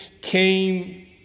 came